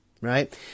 Right